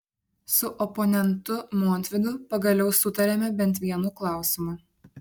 su oponentu montvydu pagaliau sutarėme bent vienu klausimu